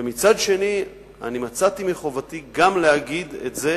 ומצד שני אני מצאתי מחובתי גם להגיד את זה